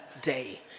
day